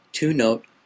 Two-note